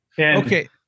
Okay